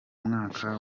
mwaka